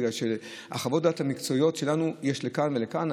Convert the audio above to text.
בגלל שחוות דעת מקצועיות יש לכאן ולכאן.